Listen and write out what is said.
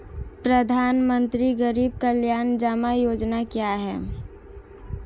प्रधानमंत्री गरीब कल्याण जमा योजना क्या है?